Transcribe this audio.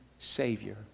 Savior